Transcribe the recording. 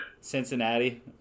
Cincinnati